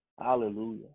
Hallelujah